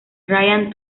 ryan